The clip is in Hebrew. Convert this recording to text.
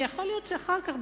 ויכול להיות שאחר כך,